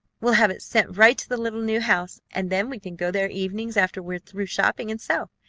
we'll have it sent right to the little new house, and then we can go there evenings after we are through shopping, and sew.